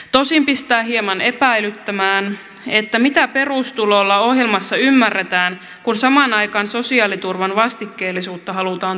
tosin pistää hieman epäilyttämään mitä perustulolla ohjelmassa ymmärretään kun samaan aikaan sosiaaliturvan vastikkeellisuutta halutaan tiukentaa